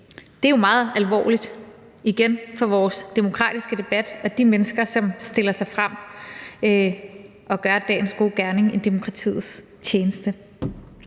Det er jo igen meget alvorligt for vores demokratiske debat og for de mennesker, som stiller sig frem og gør dagens gode gerning i demokratiets tjeneste.